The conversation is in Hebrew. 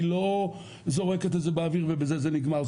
היא לא זורקת את זה באוויר ובזה זה נגמר.